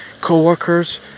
co-workers